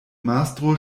mastro